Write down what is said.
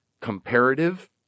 comparative